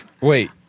Wait